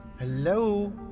Hello